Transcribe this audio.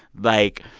like,